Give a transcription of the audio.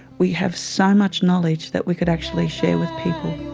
we have so much knowledge that we could actually share with people.